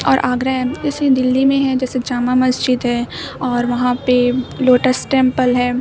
اور آگرہ ہے اسی دلی میں ہے جیسے جامع مسجد ہے اور وہاں پہ لوٹس ٹیمپل ہے